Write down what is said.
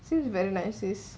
seems very nice is